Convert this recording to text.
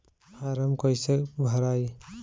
Form कईसे भराई?